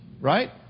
Right